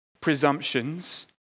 presumptions